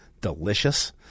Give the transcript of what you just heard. delicious